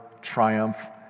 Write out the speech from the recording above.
triumph